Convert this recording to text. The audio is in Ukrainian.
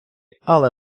але